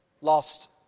lost